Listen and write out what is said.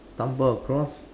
stumble across